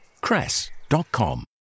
cress.com